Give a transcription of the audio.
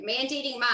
mandating